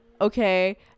okay